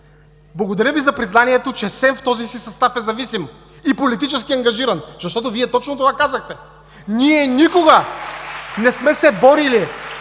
благодаря Ви за признанието, че СЕМ в този си състав е зависим и политически ангажиран, защото Вие точно това казахте. (Ръкопляскания от